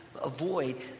avoid